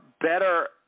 better